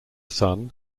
son